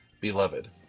Beloved